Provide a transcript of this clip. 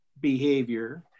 behavior